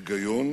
היגיון